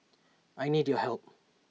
I need your help